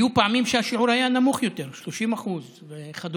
היו פעמים שהשיעור היה נמוך יותר, 30% וכדומה,